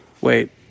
wait